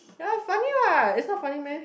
ya funny what it's not funny meh